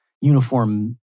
uniform